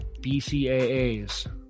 bcaas